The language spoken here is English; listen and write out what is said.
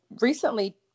recently